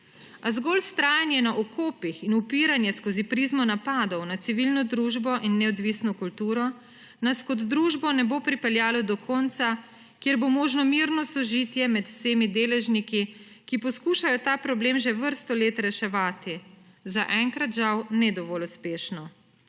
zgolj vztrajanje na okopih in upiranje skozi prizmo napadov na civilno družbo in neodvisno kulturo nas kot družbo ne bo pripeljalo do konca, kjer bo možno mirno sožitje med vsemi deležniki, ki poskušajo ta problem že vrsto let reševati. Zaenkrat žal ne dovolj uspešno.